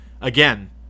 Again